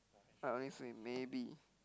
I only say maybe